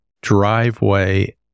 driveway